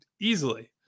easily